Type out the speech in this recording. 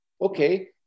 Okay